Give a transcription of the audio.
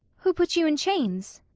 who put you in chains?